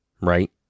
right